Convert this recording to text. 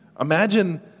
Imagine